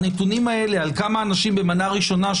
הנתונים על כמה מחוסנים במנות ראשונה,